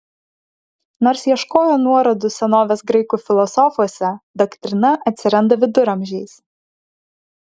nors ieškojo nuorodų senovės graikų filosofuose doktrina atsiranda viduramžiais